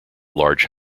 large